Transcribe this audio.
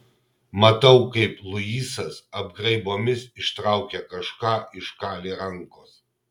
matau kaip luisas apgraibomis ištraukia kažką iš kali rankos